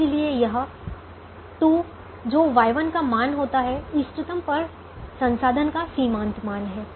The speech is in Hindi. इसलिए यह 2 जो Y1 का मान होता है इष्टतम पर संसाधन का सीमांत मान है